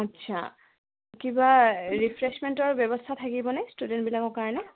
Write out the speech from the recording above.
আচ্ছা কিবা ৰিফ্ৰেছমেণ্টৰ ব্যৱস্থা থাকিবনে ষ্টুডেণ্টবিলাকৰ কাৰণে